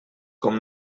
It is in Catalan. com